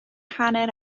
hanner